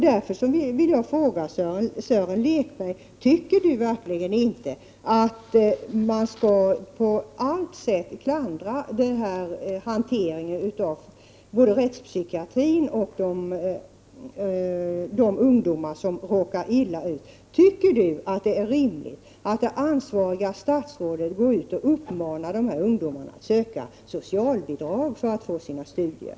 Därför vill jag fråga om Sören Lekberg verkligen inte tycker att man på allt sätt skall klandra den här hanteringen av både rättspsykiatrin och de ungdomar som råkar illa ut. Tycker Sören Lekberg att det är rimligt att det ansvariga statsrådet går ut och uppmanar dessa ungdomar att söka socialbidrag för att få bedriva sina studier?